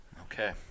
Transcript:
Okay